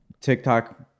TikTok